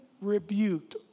rebuked